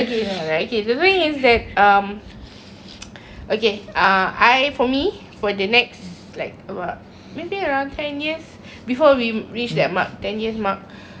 okay ah I for me for the next like about maybe around ten years before we reach that mark ten years mark I wish that we have